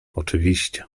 oczywiście